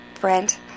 Brent